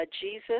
Jesus